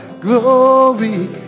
glory